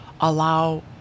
allow